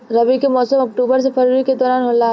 रबी के मौसम अक्टूबर से फरवरी के दौरान होला